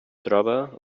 troba